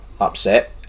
upset